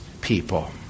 people